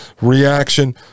reaction